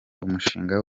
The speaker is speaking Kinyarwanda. umushinga